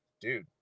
dude